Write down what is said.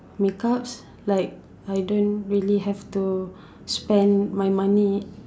makeups like I don't really have to spend my money